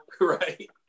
Right